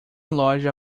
loja